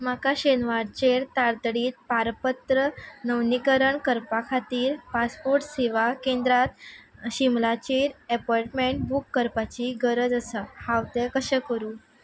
म्हाका शेनवारचेर तारतडीत पारपत्र नवनीकरण करपा खातीर पासपोर्ट सेवा केंद्रांत शिमलाचेर एपॉयंटमँट बूक करपाची गरज आसा हांव तें कशें करूं